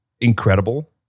incredible